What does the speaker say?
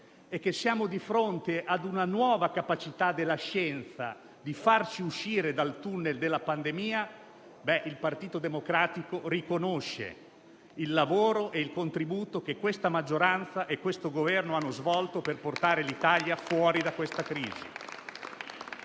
europeismo e ad una nuova capacità della scienza di farci uscire dal tunnel della pandemia e il Partito Democratico riconosce il lavoro e il contributo che questa maggioranza e questo Governo hanno offerto per portare l'Italia fuori da questa crisi.